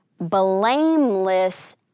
blameless